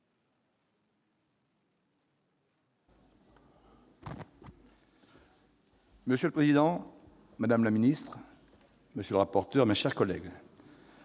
Monsieur le président, madame la ministre, monsieur le rapporteur, mes chers collègues,